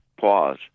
pause